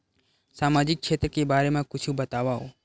सामजिक क्षेत्र के बारे मा कुछु बतावव?